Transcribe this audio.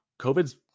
COVID's